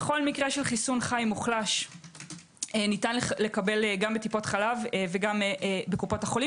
בכל מקרה של חיסון חי מוחלש ניתן לקבל גם בטיפות חלב וגם בקופות החולים